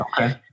Okay